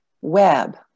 web